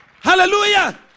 Hallelujah